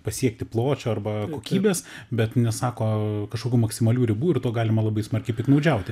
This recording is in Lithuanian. pasiekti pločio arba kokybės bet nesako kažkokių maksimalių ribų ir tuo galima labai smarkiai piktnaudžiauti